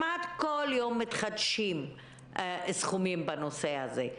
מתחדשים סכומים בנושא הזה.